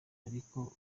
ariko